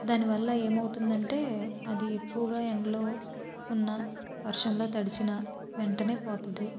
దాని వల్ల ఏమవుతుందంటే అది ఎక్కువగా ఎండలో ఉన్నా వర్షంలో తడిచినా వెంటనే పోతుంది